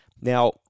Now